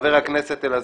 חבר הכנסת רועי